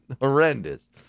horrendous